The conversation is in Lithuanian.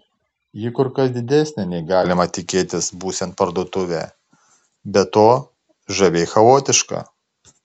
ji kur kas didesnė nei galima tikėtis būsiant parduotuvę be to žaviai chaotiška